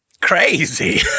Crazy